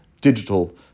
digital